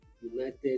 United